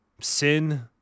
sin